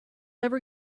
ever